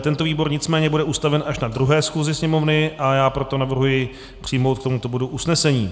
Tento výbor nicméně bude ustaven až na třetí schůzi Sněmovny, a já proto navrhuji přijmout k tomuto bodu usnesení.